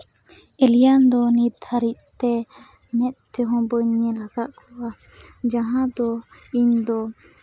ᱮᱞᱤᱭᱟᱱ ᱫᱚ ᱱᱤᱛ ᱦᱟᱹᱨᱤᱡ ᱛᱮ ᱢᱮᱫ ᱛᱮᱦᱚᱸ ᱵᱟᱹᱧ ᱧᱮᱞ ᱟᱠᱟᱫ ᱠᱚᱣᱟ ᱡᱟᱦᱟᱸ ᱫᱚ ᱤᱧᱫᱚ